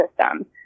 system